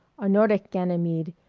a nordic ganymede,